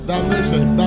Dimensions